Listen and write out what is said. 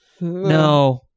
No